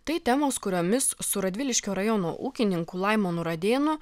tai temos kuriomis su radviliškio rajono ūkininku laimonu radėnu